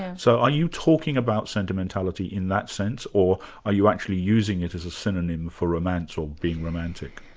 and so are you talking about sentimentality in that sense, or are you actually using it as a synonym for romance or being romantic?